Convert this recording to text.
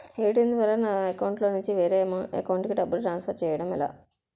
ATM ద్వారా నా అకౌంట్లోనుంచి వేరే అకౌంట్ కి డబ్బులు ట్రాన్సఫర్ ఎలా చేసుకోవాలి?